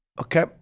Okay